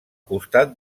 costat